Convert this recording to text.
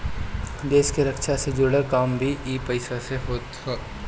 देस के रक्षा से जुड़ल काम भी इ पईसा से होत हअ